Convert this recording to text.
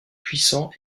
puissant